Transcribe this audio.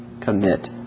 commit